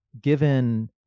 given